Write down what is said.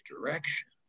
direction